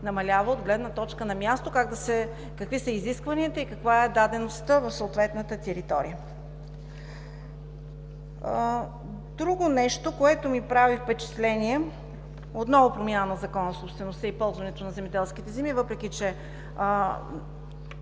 намалява от гледна точка на място, какви са изискванията и каква е дадеността в съответната територия. Друго нещо, което ми прави впечатление – отново промяна в Закона за собствеността и ползването на земеделските земи, въпреки че